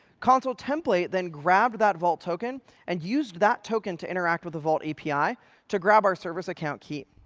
consul template then grabbed that vault token and used that token to interact with the vault api to grab our service account key.